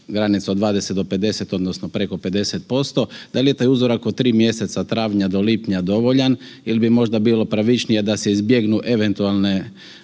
granica od 20 do 50 odnosno preko 50%, da li je taj uzorak od tri mjeseca travnja do lipnja dovoljan ili bi možda bilo pravičnije da se izbjegnu eventualne